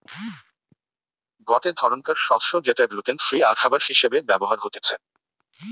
গটে ধরণকার শস্য যেটা গ্লুটেন ফ্রি আরখাবার হিসেবে ব্যবহার হতিছে